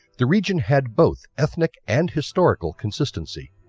the region had both ethnic and historical consistency.